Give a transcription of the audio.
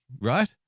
right